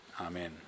Amen